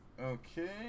Okay